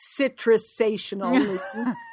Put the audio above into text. citrusational